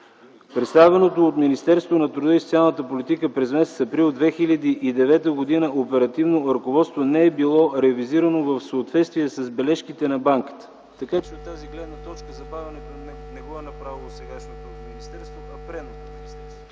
Представеното от Министерството на труда и социалната политика през м. април 2009 г. оперативно ръководство не е било ревизирано в съответствие с бележките на Банката. От тази гледна точка забавянето не го е направило сегашното министерство, а предното министерство.